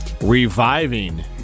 reviving